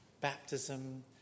baptism